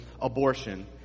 abortion